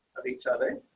of each other.